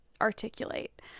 articulate